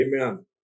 Amen